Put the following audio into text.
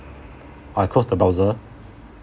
or I close the browser